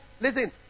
listen